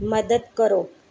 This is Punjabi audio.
ਮਦਦ ਕਰੋ